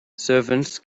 servants